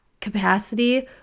capacity